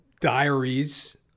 diaries